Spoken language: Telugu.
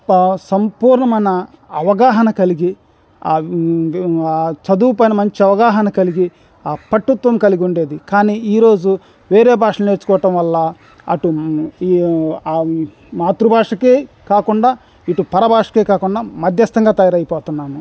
సంపూర్ణమైన అవగాహన కలిగి చదువు పైన మంచి అవగాహన కలిగి పట్టుత్వం కలిగి ఉండేది కానీ ఈ రోజు వేరే భాషలు నేర్చుకోవటం వల్ల అటు ఈ మాతృభాషకి కాకుండా ఇటు పరభాషకి కాకుండా మధ్యస్థంగా తయారైపోతున్నాము